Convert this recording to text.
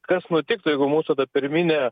kas nutiktų jeigu mūsų ta pirminė